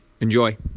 Enjoy